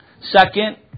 Second